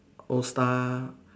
old star